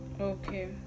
Okay